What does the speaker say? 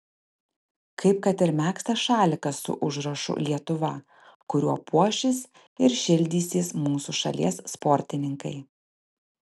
kaip kad ir megztas šalikas su užrašu lietuva kuriuo puošis ir šildysis mūsų šalies sportininkai